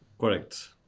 Correct